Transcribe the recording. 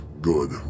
good